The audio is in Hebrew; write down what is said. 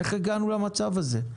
איך הגענו למצב הזה?